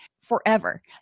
forever